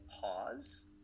pause